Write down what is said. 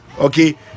okay